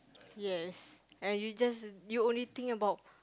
yes and you just you only think about